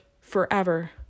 forever